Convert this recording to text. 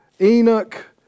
Enoch